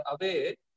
away